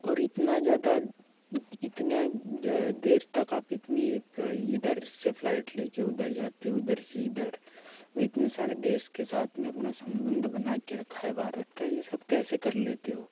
और इतना ज्यादा इतना ज देर तक आप इतनी प इधर से फ्लाइट लेकर उधर जाते हो उधर से इधर और इतने सारे देश के साथ में अपना संबंध बना कर रखा है भारत का ये सब कैसे कर लेते हो